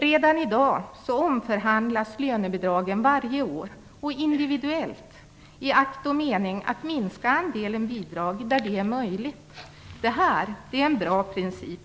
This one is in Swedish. Redan i dag omförhandlas lönebidragen varje år och individuellt, i akt och mening att minska andelen bidrag där det är möjligt. Det här är en bra princip.